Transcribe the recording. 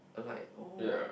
alight oh